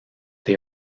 they